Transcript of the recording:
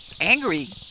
angry